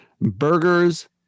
Burgers